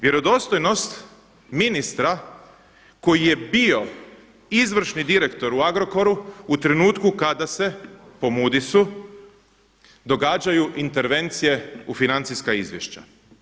Vjerodostojnost ministra koji je bio izvršni direktor u Agrokoru u trenutku kada se po Moody's događaju intervencije u financijska izvješća.